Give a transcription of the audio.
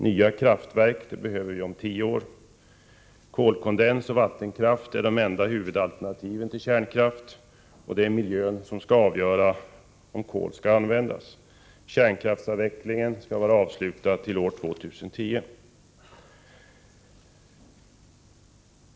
— Nya kraftverk behöver vi om tio år. — Kolkondens och vattenkraft är de enda huvudalternativen till kärnkraft, och det är miljöeffekterna som avgör om kol skall användas.